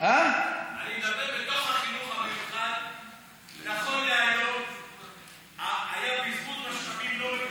בתוך החינוך המיוחד נכון להיום היה בזבוז משאבים לא מפוקח.